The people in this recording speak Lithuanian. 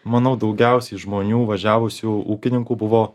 manau daugiausiai žmonių važiavusių ūkininkų buvo